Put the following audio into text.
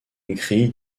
écrit